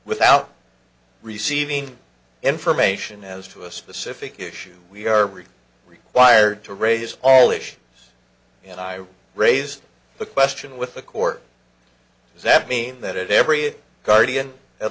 without receiving information as to a specific issue we are required to raise all ish and i raised the question with the court does that mean that it every guardian a